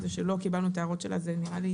זה שלא קיבלנו את ההערות שלה, זה נראה לי